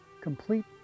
complete